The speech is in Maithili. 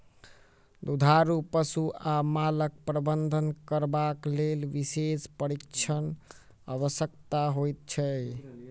दुधारू पशु वा मालक प्रबंधन करबाक लेल विशेष प्रशिक्षणक आवश्यकता होइत छै